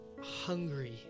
hungry